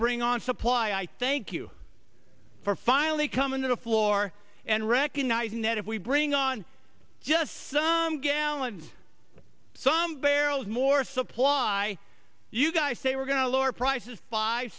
bring on supply i thank you for finally coming to the floor and recognizing that if we being on just some gallons some barrels more supply you guys say we're going to lower prices five